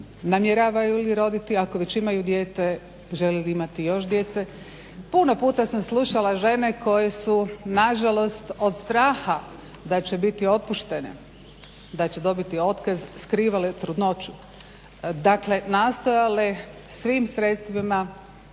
namjeravaju li roditi, ako već imaju dijete žele li imati još djece. Puno puta sam slušala žene koje su na žalost od straha da će bit otpuštene, da će dobiti otkaz skrivale trudnoću. Dakle, nastojale svim sredstvima,